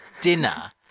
dinner